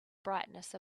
brightness